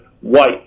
white